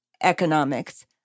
economics